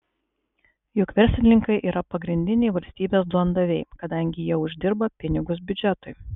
juk verslininkai yra pagrindiniai valstybės duondaviai kadangi jie uždirba pinigus biudžetui